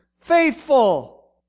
faithful